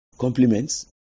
compliments